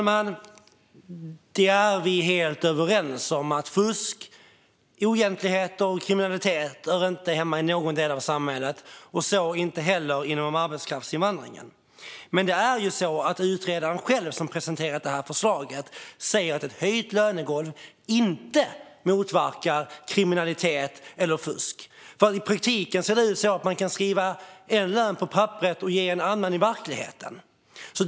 Fru talman! Vi är helt överens om att fusk, oegentligheter och kriminalitet inte hör hemma i någon del av samhället - så inte heller inom arbetskraftsinvandringen. Men det är ju så att den utredare som presenterat förslaget själv säger att ett höjt lönegolv inte motverkar kriminalitet eller fusk. I praktiken ser det nämligen ut så att man kan skriva en lön på papperet och betala en annan i verkligheten.